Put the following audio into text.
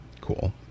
Cool